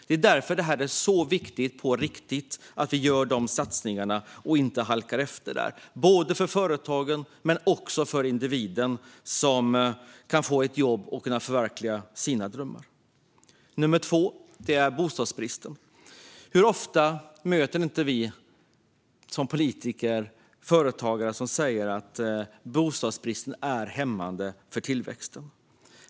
Det är därför det är så viktigt på riktigt att vi gör de här satsningarna och inte halkar efter där, både för företagen och för individen som kan få ett jobb och förverkliga sina drömmar. Nummer två är bostadsbristen. Hur ofta möter vi inte som politiker företagare som säger att bostadsbristen är hämmande för tillväxten?